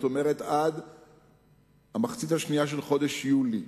כלומר עד המחצית השנייה של חודש יולי.